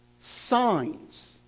signs